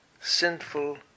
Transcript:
sinful